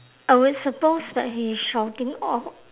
I would suppose that he is shouting out